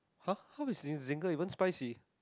!huh! how is Zinger even spicy